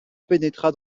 pénétra